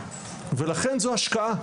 ולכן זו השקעה,